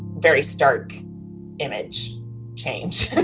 very stark image change